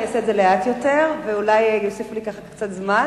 אני אעשה את זה לאט יותר ואולי יוסיפו לי קצת זמן.